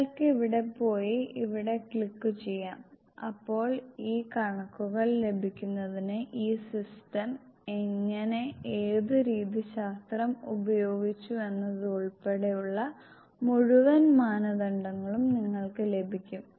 നിങ്ങൾക്ക് ഇവിടെ പോയി ഇവിടെ ക്ലിക്കുചെയ്യാം അപ്പോൾ ഈ കണക്കുകൾ ലഭിക്കുന്നതിന് ഈ സിസ്റ്റം എങ്ങനെ ഏത് രീതിശാസ്ത്രം ഉപയോഗിച്ചുവെന്നതുൾപ്പെടെയുള്ള മുഴുവൻ മാനദണ്ഡങ്ങളും നിങ്ങൾക്ക് ലഭിക്കും